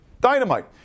Dynamite